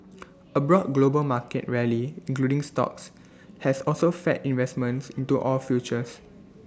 A broad global market rally including stocks has also fed investment into oil futures